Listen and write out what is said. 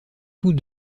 tous